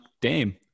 Dame